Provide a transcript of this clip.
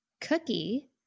cookie